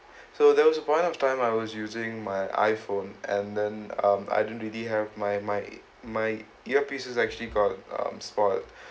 so there was a point of time I was using my iphone and then um I didn't really have my my my earpieces actually got um spoiled